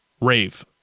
Rave